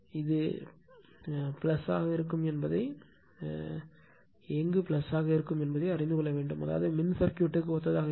இது எங்கு ஆக இருக்கும் என்பதை அறிந்து கொள்ள வேண்டும் அதாவது மின்சர்க்யூட்க்கு ஒத்ததாக இருக்கும்